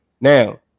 Now